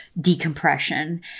decompression